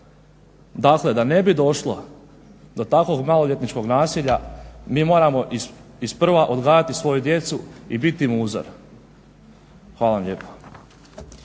Dakle da ne bi došlo do takvog maloljetničkog nasilja mi moramo iz prva odgajati svoju djecu i biti im uzor. Hvala vam lijepa.